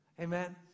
Amen